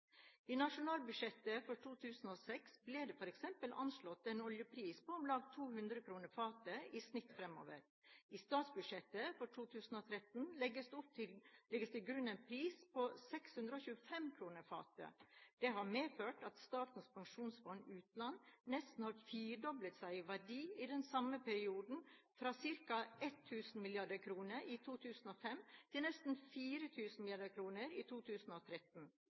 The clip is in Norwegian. I nasjonalbudsjettet for 2006 ble det f.eks. anslått en oljepris på om lag 200 kr fatet i snitt fremover. I statsbudsjettet for 2013 legges det til grunn en pris på 625 kr fatet. Det har medført at Statens pensjonsfond utland nesten har firedoblet seg i verdi i den samme perioden, fra ca. 1 000 mrd. kr i 2005 til nesten 4 000 mrd. kr i 2013.